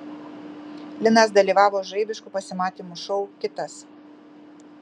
linas dalyvavo žaibiškų pasimatymų šou kitas